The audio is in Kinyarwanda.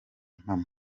impamo